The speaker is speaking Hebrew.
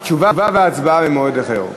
תשובה והצבעה במועד אחר.